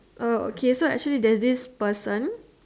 uh okay so actually there's this person